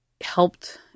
helped